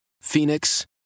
Phoenix